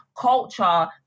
culture